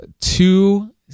two